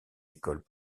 écoles